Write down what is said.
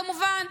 כמובן.